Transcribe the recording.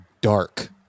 dark